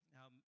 Now